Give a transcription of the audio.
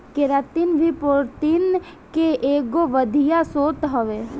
keratin भी protein के एगो बढ़िया स्रोत हवे